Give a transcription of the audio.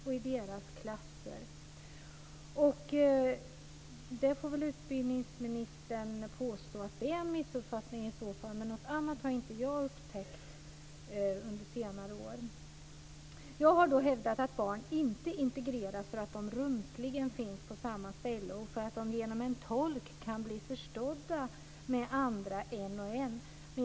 Utbildningsministern kan påstå att det är en missuppfattning, men något annat har inte jag upptäckt under senare år. Jag har hävdat att barn inte integreras för att de rumsligen finns på samma ställe och för att de genom en tolk kan göra sig förstådda med andra en och en.